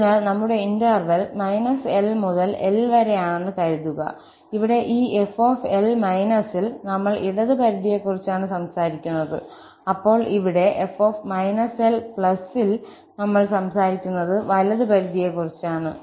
അതിനാൽ നമ്മുടെ interval L മുതൽ L വരെയാണെന്ന് കരുതുക ഇവിടെ ഈ f L− ൽ നമ്മൾ ഇടത് പരിധിയെക്കുറിച്ചാണ് സംസാരിക്കുന്നത് അപ്പോൾ ഇവിടെ f L ൽ നമ്മൾ സംസാരിക്കുന്നത് വലത് പരിധിയെക്കുറിച്ചാണ്